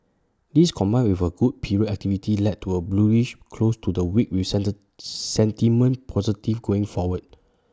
this combined with A good period activity led to A bullish close to the week with centre sentiment positive going forward